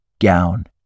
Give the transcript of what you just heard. gown